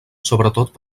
sobretot